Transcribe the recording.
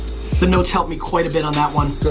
the notes helped me quite a bit on that one.